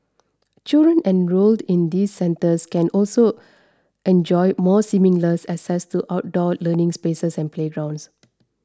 children enrolled in these centres can also enjoy more seamless access to outdoor learning spaces and playgrounds